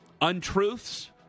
Untruths